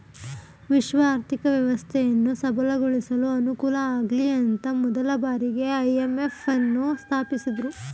ವಿಶ್ವ ಆರ್ಥಿಕ ವ್ಯವಸ್ಥೆಯನ್ನು ಸಬಲಗೊಳಿಸಲು ಅನುಕೂಲಆಗ್ಲಿಅಂತ ಮೊದಲ ಬಾರಿಗೆ ಐ.ಎಂ.ಎಫ್ ನ್ನು ಸ್ಥಾಪಿಸಿದ್ದ್ರು